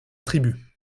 tribu